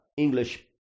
English